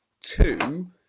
two